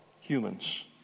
humans